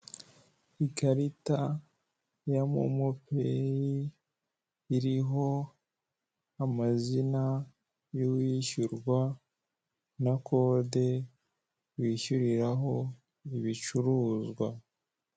Ikarita ya momo payi iriho amazina y'uwishyurwa na kode wishyuriraho ibicuruzwa.